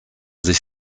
sich